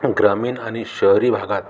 ग्रामीण आणि शहरी भागात